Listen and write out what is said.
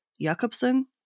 Jakobsen